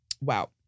Wow